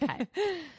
Okay